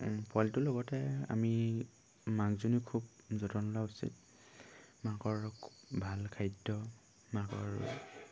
পোৱালিটোৰ লগতে আমি মাকজনীৰ খুব যতন লোৱা উচিত মাকৰ খুব ভাল খাদ্য মাকৰ